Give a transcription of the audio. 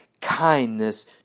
kindness